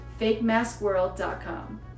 fakemaskworld.com